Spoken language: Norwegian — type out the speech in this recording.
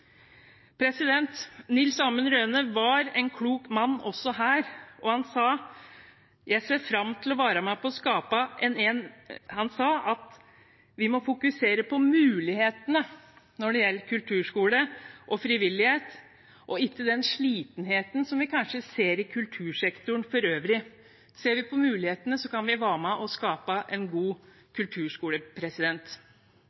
Nils Amund Røhne var en klok man også på dette området, og han sa at vi måtte fokusere på mulighetene når det gjelder kulturskolen og frivillighet, ikke den slitenheten som vi kanskje ser i kultursektoren for øvrig. Ser vi på mulighetene, kan vi være med på å skape en god